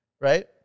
right